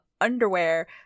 underwear